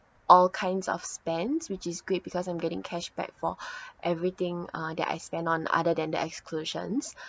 all kinds of spends which is great because I'm getting cashback for everything uh that I spend on other than the exclusions